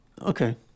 Okay